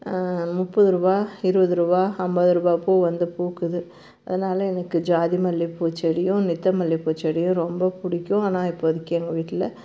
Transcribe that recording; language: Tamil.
முப்பது ரூபா இருபது ரூபா ஐம்பது ரூபா பூ வந்து பூக்குது அதனால எனக்கு ஜாதி மல்லிப்பூ செடியும் நித்தமல்லிப்பூ செடியும் ரொம்ப பிடிக்கும் ஆனால் இப்போதிக்கு எங்கள் வீட்டில்